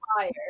fire